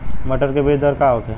मटर के बीज दर का होखे?